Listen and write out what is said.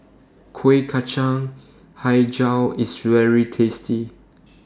Kueh Kacang Hijau IS very tasty